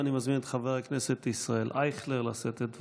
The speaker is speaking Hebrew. אני מזמין את חבר הכנסת ישראל אייכלר לשאת את דברו.